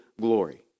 glory